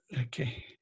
Okay